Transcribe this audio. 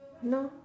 no